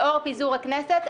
לאור פיזור הכנסת,